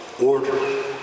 Order